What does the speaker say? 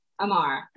Amar